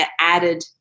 added